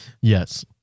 Yes